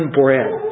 bread